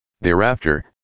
Thereafter